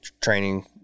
training